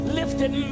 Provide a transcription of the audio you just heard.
lifted